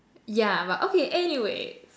yeah but okay anyways